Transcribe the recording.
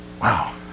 Wow